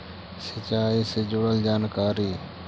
सिंचाई से जुड़ल जानकारी?